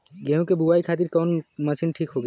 गेहूँ के बुआई खातिन कवन मशीन ठीक होखि?